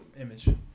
image